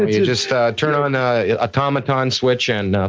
you just turn on a automaton switch, and